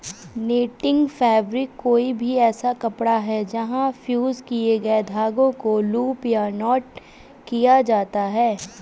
netting fabric कोई भी ऐसा कपड़ा है जहाँ फ़्यूज़ किए गए धागों को लूप या नॉट किया जाता है